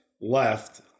left